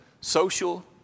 social